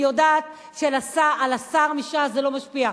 אני יודעת שעל השר מש"ס זה לא משפיע,